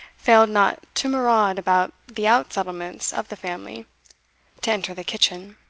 failed not to maraud about the out-settlements of the family to enter the kitchen.